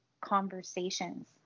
conversations